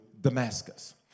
Damascus